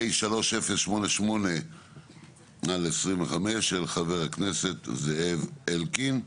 התשפ"ג-2023 (פ/3088/25), של חבר הכנסת זאב אלקין.